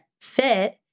fit